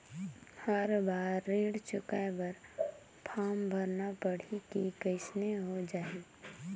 हर बार ऋण चुकाय बर फारम भरना पड़ही की अइसने हो जहीं?